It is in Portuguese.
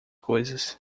coisas